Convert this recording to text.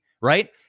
right